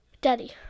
Daddy